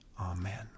Amen